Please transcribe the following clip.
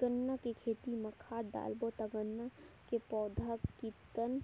गन्ना के खेती मां खाद डालबो ता गन्ना के पौधा कितन